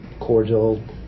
Cordial